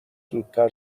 زودتر